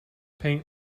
paint